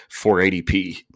480p